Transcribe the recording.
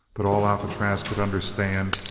but all alcatraz could understand,